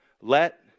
Let